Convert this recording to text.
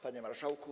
Panie Marszałku!